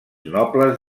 nobles